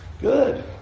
Good